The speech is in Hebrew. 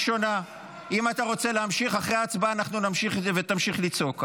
אם אתה רוצה להמשיך, אחרי ההצבעה תמשיך לצעוק.